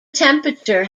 temperature